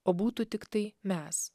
o būtų tiktai mes